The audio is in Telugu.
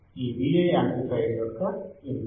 ఈ Vi యాంప్లిఫైయర్ యొక్క ఇన్పుట్